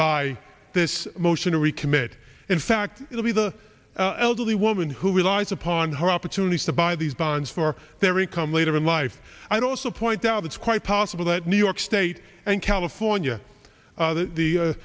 by this motion to recommit in fact it will be the elderly woman who relies upon her opportunities to buy these bonds for their income later in life i'd also point out it's quite possible that new york state and california the